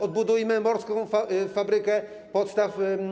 Odbudujmy morską fabrykę podstaw.